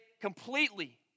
completely